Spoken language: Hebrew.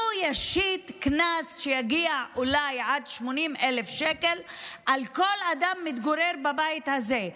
הוא ישית קנס שיגיע אולי עד 80,000 שקל על כל אדם שמתגורר בבית הזה.